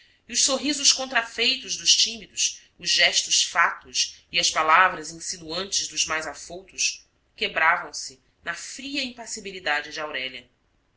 pretendentes os sorrisos contrafeitos dos tímidos os gestos fátuos e as palavras insinuantes dos mais afoutos quebravam se na fria impassibilidade de aurélia